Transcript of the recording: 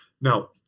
Now